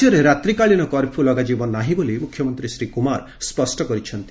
ରାଜ୍ୟରେ ରାତ୍ରିକାଳୀନ କର୍ଫ୍ୟୁ ଲଗାଯିବ ନାହିଁ ବୋଲି ମୁଖ୍ୟମନ୍ତ୍ରୀ ଶ୍ରୀ କୁମାର ସ୍ୱଷ୍ଟ କରିଛନ୍ତି